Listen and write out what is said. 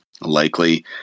likely